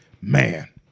Man